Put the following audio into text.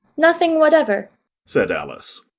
nothing whatever said alice.